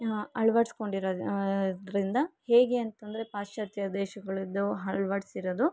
ಅಳ್ವಡಿಸ್ಕೊಂಡಿರೊದ್ ಇದರಿಂದ ಹೇಗೆ ಅಂತಂದರೆ ಪಾಶ್ಚಾತ್ಯ ದೇಶಗಳದ್ದು ಅಳ್ವಡ್ಸಿರೋದು